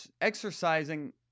exercising